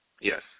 Yes